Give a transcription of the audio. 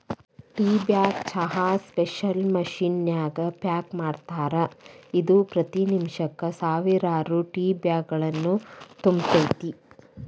tea bag ಚಹಾನ special machine ನ್ಯಾಗ pack ಮಾಡ್ತಾರ, ಇದು ಪ್ರತಿ ನಿಮಿಷಕ್ಕ ಸಾವಿರಾರು ಟೇಬ್ಯಾಗ್ಗಳನ್ನು ತುಂಬತೇತಿ